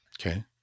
Okay